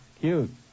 Cute